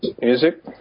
music